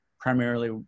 primarily